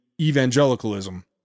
evangelicalism